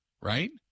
right